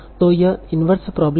तो यह inverse problem है